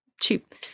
cheap